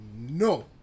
No